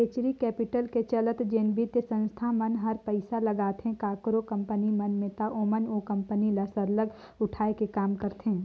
venture capital के चलत जेन बित्तीय संस्था मन हर पइसा लगाथे काकरो कंपनी मन में ता ओमन ओ कंपनी ल सरलग उठाए के काम करथे